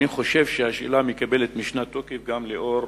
אני חושב שהשאלה מקבלת משנה תוקף לנוכח